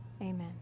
Amen